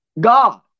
God